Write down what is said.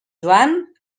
joan